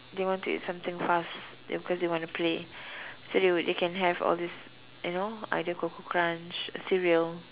they want to eat something fast d~ cause they want to play so they will they can have all these you know either Koko-Krunch cereal